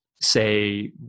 say